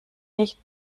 nicht